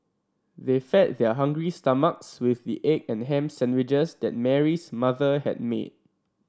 they fed their hungry stomachs with the egg and ham sandwiches that Mary's mother had made